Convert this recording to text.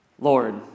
Lord